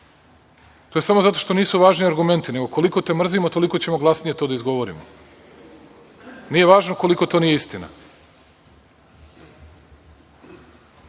To je samo zato što nisu važni argumenti nego koliko te mrzimo, toliko ćemo glasnije to da izgovorimo. Nije važno koliko to nije istina. Kažete,